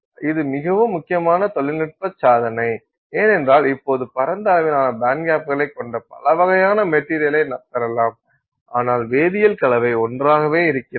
இது மிகவும் முக்கியமான தொழில்நுட்ப சாதனை ஏனென்றால் இப்போது பரந்த அளவிலான பேண்ட்கேப்களைக் கொண்ட பல வகையான மெட்டீரியலை பெறலாம் ஆனால் வேதியியல் கலவை ஒன்றாகவே இருக்கிறது